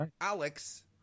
Alex